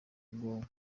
ubwonko